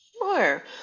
Sure